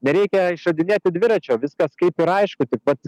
nereikia išradinėti dviračio viskas kaip ir aišku tik vat